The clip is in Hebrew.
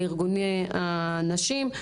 לארגוני הנשים,